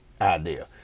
idea